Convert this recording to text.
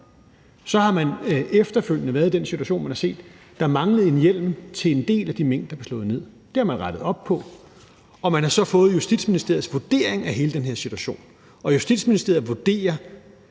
Så har man efterfølgende været i den situation, at man har set, at der manglede en hjemmel i forhold til en del af de mink, der blev slået ned. Det har man rettet op på, og man har så fået Justitsministeriets vurdering af hele den her situation, og Justitsministeriet vurderer,